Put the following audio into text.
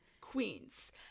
Queens